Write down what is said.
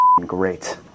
great